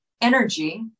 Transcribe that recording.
energy